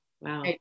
wow